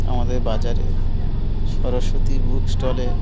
আমাদের বাজারে সরস্বতী বুক স্টলে